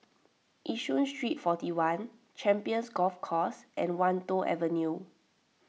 Yishun Street forty one Champions Golf Course and Wan Tho Avenue